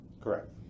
Correct